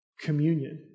Communion